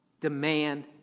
demand